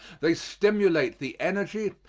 they stimulate the energy,